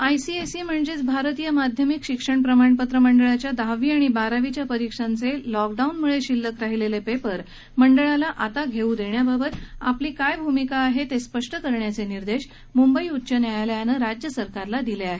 I C S E म्हणजेच भारतीय माध्यमिक शिक्षण प्रमाणपत्र मंडळाच्या दहावी आणि बारावीच्या परीक्षांचे लॉकडाऊनमुळे शिल्लक राहिले पेपर मंडळाला आता घेऊ देण्याबाबत आपली भूमिका काय आहे ते स्पष्ट करण्याचे निर्देश मुंबई उच्च न्यायालयानं राज्य सरकारला दिले आहेत